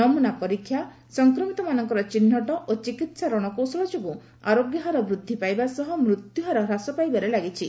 ନମୁନା ପରୀକ୍ଷା ସଫକ୍ରମିତମାନଙ୍କର ଚିହ୍ନଟ ଓ ଚିକିତ୍ସା ରଣକୌଶଳ ଯୋଗୁଁ ଆରୋଗ୍ୟ ହାର ବୃଦ୍ଧି ପାଇବା ସହ ମୃତ୍ୟୁହାର ହ୍ରାସ ପାଇବାରେ ଲାଗିଛି